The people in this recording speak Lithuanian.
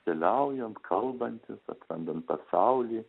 keliaujant kalbantis atrandant pasaulį